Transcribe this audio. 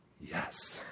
Yes